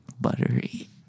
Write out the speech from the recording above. buttery